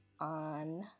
on